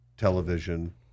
television